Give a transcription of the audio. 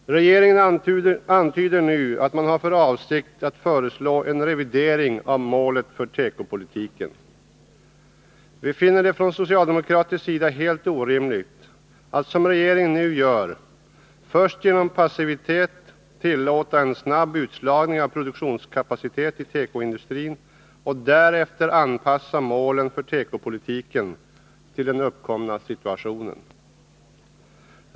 Regeringen antyder nu att man har för avsikt att föreslå en revidering av målet för tekopolitiken. Vi finner det från socialdemokratisk sida helt orimligt att, som regeringen nu gör, först genom passivitet tillåta en snabb utslagning av produktionskapacitet i tekoindustrin och därefter anpassa målen för tekopolitiken till den uppkomna situationen.